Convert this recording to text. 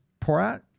Porat